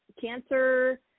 cancer